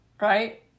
Right